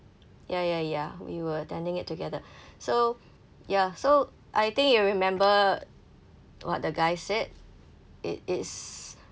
ya ya ya we were attending it together so ya so I think you remember what the guy said it it's